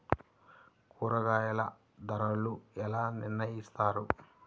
కూరగాయల ధరలు ఎలా నిర్ణయిస్తారు?